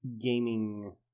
gaming